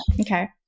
Okay